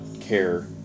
care